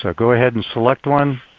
so go ahead and select one,